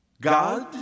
God